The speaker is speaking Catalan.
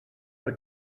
per